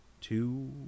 two